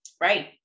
Right